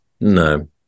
No